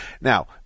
Now